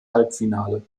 halbfinale